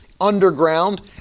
underground